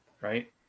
Right